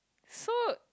so